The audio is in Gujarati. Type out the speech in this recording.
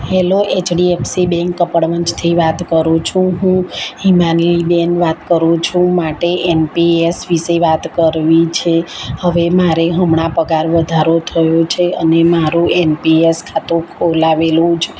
હેલો એચડીએફસી બેન્ક કપડવંજથી વાત કરું છું હું હિમાની બેન વાત કરું છું મારે એમપીએસ વિશે વાત કરવી છે હવે મારે હમણાં પગાર વધારો થયો છે અને મારું એમપીએસ ખાતું ખોલાવેલું જ